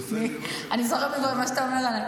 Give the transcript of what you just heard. אני זורמת עם מה שאתה אומר.